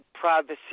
privacy